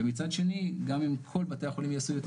ומצד שני גם אם כל בתי החולים יעשו יותר